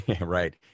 Right